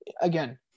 again